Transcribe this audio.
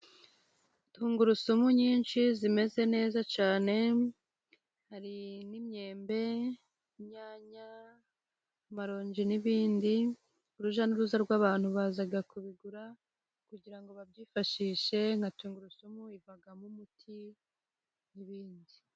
Tungurusumu nyinshi zimeze neza cyane, hari n'imyembe, inyanya, amarongi n'ibindi, urujya n'uruza rw'abantu baza kubigura kugirango babyifashishe, nka tungurusumu ivamo umuti n'ibindi.